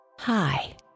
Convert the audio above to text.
Hi